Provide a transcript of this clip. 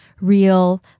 real